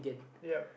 yep